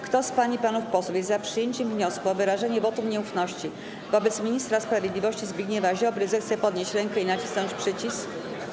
Kto z pań i panów posłów jest za przyjęciem wniosku o wyrażenie wotum nieufności wobec ministra sprawiedliwości Zbigniewa Ziobry, zechce podnieść rękę i nacisnąć przycisk.